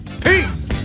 Peace